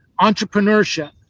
entrepreneurship